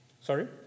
Sorry